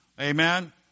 amen